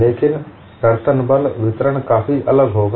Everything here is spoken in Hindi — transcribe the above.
लेकिन कर्तन बल वितरण काफी अलग होगा